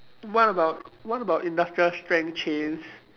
what about what about industrial strength chains